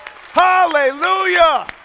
hallelujah